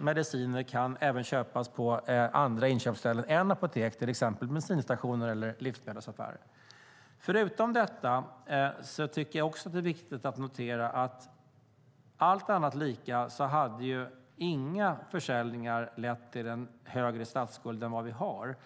mediciner kan köpas även på andra inköpsställen än apotek, till exempel bensinstationer och livsmedelsaffärer. Förutom detta tycker jag också att det är viktigt att notera att även med allt annat lika hade inga försäljningar lett till en högre statsskuld än vad vi har.